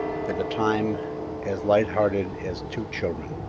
for the time as light-hearted as two children.